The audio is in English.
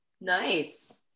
Nice